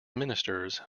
ministers